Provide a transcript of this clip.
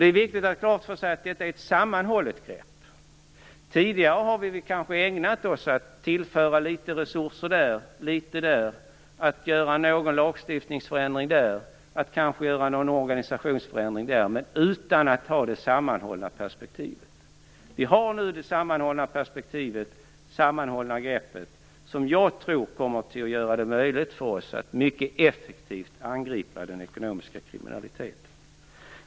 Det är viktigt att ha klart för sig att det rör sig om ett sammanhållet grepp. Tidigare ägnade vi oss åt att tillföra litet resurser här och där, att göra någon lagstiftningsförändring här och att genomföra en organisationsförändring där, och detta utan att ha ett samlat perspektiv. Nu har vi tagit ett samlat grepp som jag tror kommer att göra det möjligt för oss att mycket effektivt angripa den ekonomiska kriminaliteten.